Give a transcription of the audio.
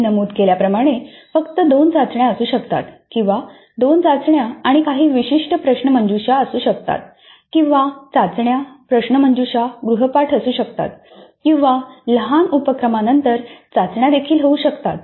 मी नमूद केल्याप्रमाणे फक्त 2 चाचण्या असू शकतात किंवा 2 चाचण्या आणि काही विशिष्ट प्रश्नमंजुषा असू शकतात किंवा चाचण्या प्रश्नमंजुषा गृहपाठ असू शकतात किंवा लहान उपक्रम नंतर चाचण्या देखील होऊ शकतात